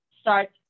start